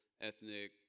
ethnic